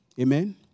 Amen